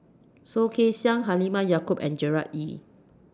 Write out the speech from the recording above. Soh Kay Siang Halimah Yacob and Gerard Ee